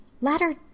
Ladder